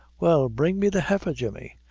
well, bring me the heifer, jemmy,